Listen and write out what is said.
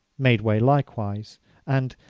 made way likewise and,